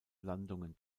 landungen